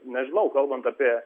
nežinau kalbant apie